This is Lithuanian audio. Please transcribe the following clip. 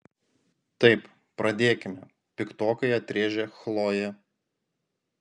taip pradėkime piktokai atrėžė chlojė